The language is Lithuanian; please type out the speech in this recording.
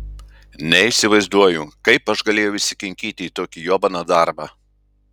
neįsivaizduoju kaip aš galėjau įsikinkyti į tokį jobaną darbą